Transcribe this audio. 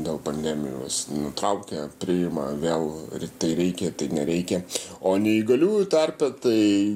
dėl pandemijos nutraukia priima vėl tai reikia tai nereikia o neįgaliųjų tarpe tai